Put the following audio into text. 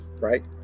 right